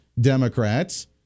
Democrats